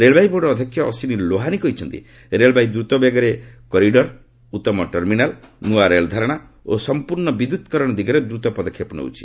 ରେଳବାଇ ବୋର୍ଡର ଅଧ୍ୟକ୍ଷ ଅଶ୍ୱିନୀ ଲୋହାନି କହିଛନ୍ତି ରେଳବାଇ ଦ୍ରତ ବେଗ କରିଡର ଉତ୍ତମ ଟର୍ମିନାଲ୍ ନୂଆ ରେଳ ଧାରଣା ଓ ସମ୍ପର୍ଶ୍ଣ ବିଦ୍ୟୁତିକରଣ ଦିଗରେ ଦ୍ରତ ପଦକ୍ଷେପ ନେଉଛି